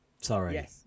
Sorry